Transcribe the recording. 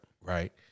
Right